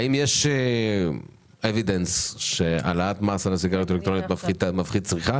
האם יש עדויות על כך שהעלאת מס על הסיגריות האלקטרוניות מפחיתה צריכה?